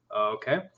okay